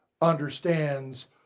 understands